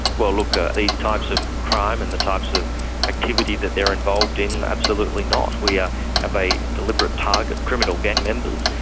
well, look, ah these types of crime and the types of activity that they're involved in, absolutely not. we ah have a deliberate target criminal gang members.